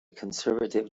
conservative